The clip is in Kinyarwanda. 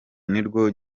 nirwo